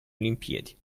olimpiadi